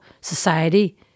society